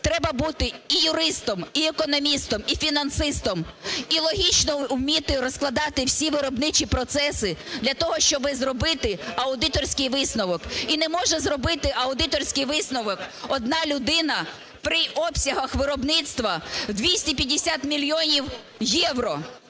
треба бути і юристом, і економістом, і фінансистом, і логічно вміти розкладати всі виробничі процеси для того, щоби зробити аудиторський висновок. І не може зробити аудиторський висновок одна людина при обсягах виробництва в 250 мільйонів євро.